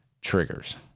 triggers